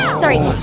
ah sorry.